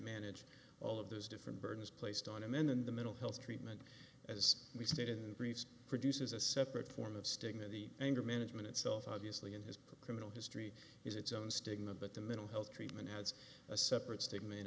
manage all of those different burdens placed on a man in the middle health treatment as we stated in previous produces a separate form of stigma the anger management itself obviously in his criminal history has its own stigma but the mental health treatment has a separate statement